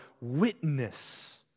Witness